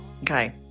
Okay